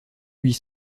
huit